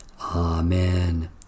Amen